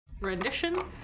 Rendition